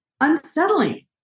unsettling